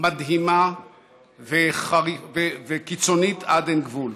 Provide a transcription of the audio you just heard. מדהימה וקיצונית עד אין גבול.